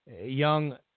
young